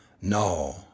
No